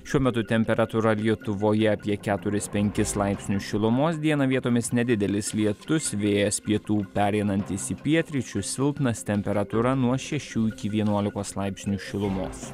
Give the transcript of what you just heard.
šiuo metu temperatūra lietuvoje apie keturis penkis laipsnius šilumos dieną vietomis nedidelis lietus vėjas pietų pereinantis į pietryčių silpnas temperatūra nuo šešių iki vienuolikos laipsnių šilumos